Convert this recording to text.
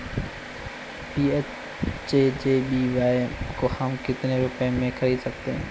PMJJBY को हम कितने रुपयों में खरीद सकते हैं?